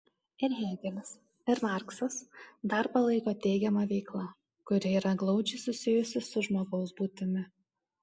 ir hėgelis ir marksas darbą laiko teigiama veikla kuri yra glaudžiai susijusi su žmogaus būtimi